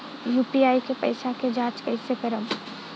UPI के पैसा क जांच कइसे करब?